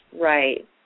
Right